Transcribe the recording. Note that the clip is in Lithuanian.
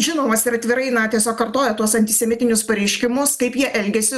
žinomas ir atvirai na tiesiog kartoja tuos antisemitinius pareiškimus kaip jie elgėsi